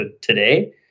today